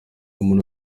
umuntu